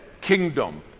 kingdom